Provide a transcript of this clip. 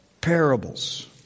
parables